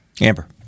Amber